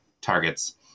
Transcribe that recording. targets